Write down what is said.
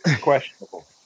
questionable